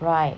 right